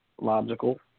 logical